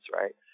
right